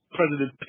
President